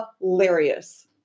hilarious